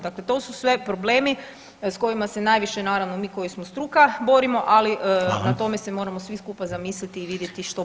Dakle, to su sve problemi s kojima se najviše naravno mi koji smo struka borimo, ali na tome se [[Upadica: Hvala.]] moramo svi skupa zamisliti i vidjeti što popraviti.